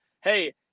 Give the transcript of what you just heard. hey